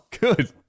good